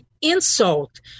insult